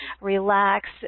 relax